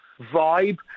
vibe